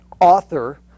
author